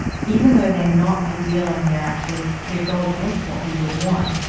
even though they're not ideal and they're actually, they go against what we would want,